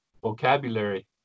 vocabulary